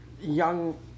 Young